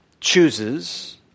chooses